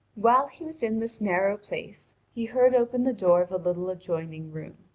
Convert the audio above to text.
while he was in this narrow place, he heard open the door of a little adjoining room,